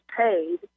paid